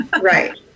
right